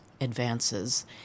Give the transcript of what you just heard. advances